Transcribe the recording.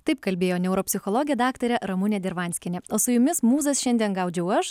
taip kalbėjo neuropsichologė daktarė ramunė dirvanskienė o su jumis mūzas šiandien gaudžiau aš